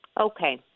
Okay